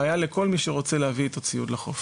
בעיה לכל מי שרוצה להביא את הציוד לחוף.